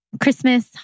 Christmas